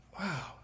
wow